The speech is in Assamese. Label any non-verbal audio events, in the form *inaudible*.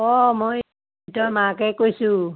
অ মই *unintelligible* মাকে কৈছোঁ